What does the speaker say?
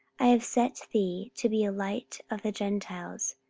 i have set thee to be a light of the gentiles,